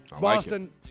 Boston